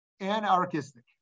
anarchistic